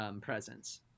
presence